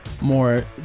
more